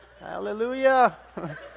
Hallelujah